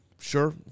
Sure